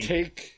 take